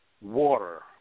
water